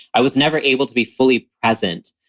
i was never able to be fully present.